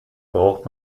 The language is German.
braucht